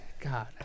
God